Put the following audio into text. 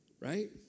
right